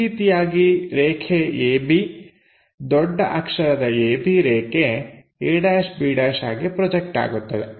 ಈ ರೀತಿಯಾಗಿ ರೇಖೆ AB ದೊಡ್ಡ ಅಕ್ಷರದ AB ರೇಖೆ a'b' ಆಗಿ ಪ್ರೊಜೆಕ್ಟ್ ಆಗುತ್ತದೆ